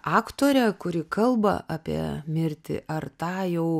aktorę kuri kalba apie mirtį ar tą jau